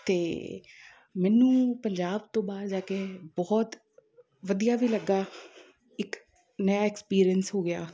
ਅਤੇ ਮੈਨੂੰ ਪੰਜਾਬ ਤੋਂ ਬਾਹਰ ਜਾ ਕੇ ਬਹੁਤ ਵਧੀਆ ਵੀ ਲੱਗਿਆ ਇੱਕ ਨਵਾਂ ਐਕਸਪੀਰੀਐਂਸ ਹੋ ਗਿਆ